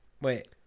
wait